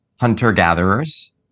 hunter-gatherers